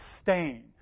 stain